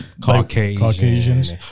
Caucasians